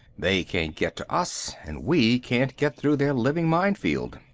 they can't get to us, and we can't get through their living minefield.